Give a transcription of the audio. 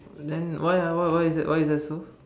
then why ah why why is why is that so